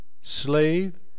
slave